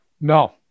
No